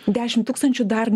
dešim tūkstančių dar